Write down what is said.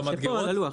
זה פה על הלוח.